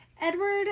Edward